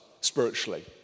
spiritually